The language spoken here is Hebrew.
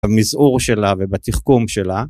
במזעור שלה, ובתחכום שלה.